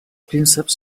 prínceps